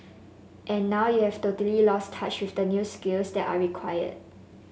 and now you've totally lost touch with the new skills that are required